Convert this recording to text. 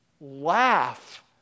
laugh